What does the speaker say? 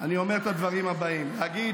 אני אומר את הדברים הבאים: להגיד